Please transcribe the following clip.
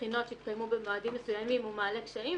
בבחינות שהתקיימו במועדים מסוימים הוא מעלה קשיים,